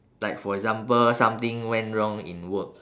like for example something went wrong in work